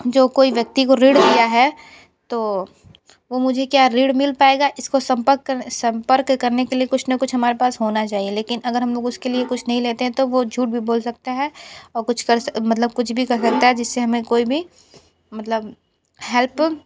जो कोई व्यक्ति को ऋण दिया है तो वो मुझे क्या ऋण मिल पाएगा इसको संपर्क करने संपर्क करने के लिए कुछ ना कुछ हमारे पास होना चाहिए लेकिन अगर हम लोग उसके लिए कुछ नहीं लेते हैं तो वो झूठ भी बोल सकते हैं और कुछ कर मतलब कुछ भी कर सकता है जिससे हमें कोई भी मतलब हेल्प